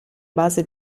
base